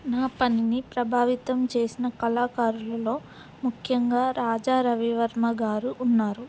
నా పనిని ప్రభావితం చేసిన కళాకారులలో ముఖ్యంగా రాజా రవివర్మ గారు ఉన్నారు